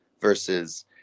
versus